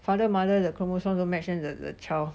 father mother the chromosome don't match then the the child